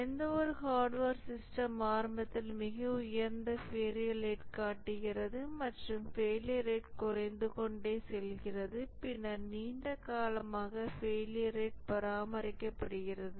எந்தவொரு hardware system ஆரம்பத்தில் மிக உயர்ந்த ஃபெயிலியர் ரேட் காட்டுகிறது மற்றும் ஃபெயிலியர் ரேட் குறைந்து கொண்டே செல்கிறது பின்னர் நீண்ட காலமாக ஃபெயிலியர் ரேட் பராமரிக்கப்படுகிறது